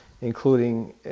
including